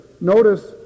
Notice